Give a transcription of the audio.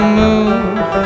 move